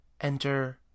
enter